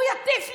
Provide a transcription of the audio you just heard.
הוא יטיף לי?